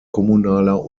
kommunaler